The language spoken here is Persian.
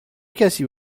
کسی